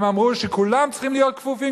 הם אמרו שכולם צריכים להיות כפופים,